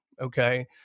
Okay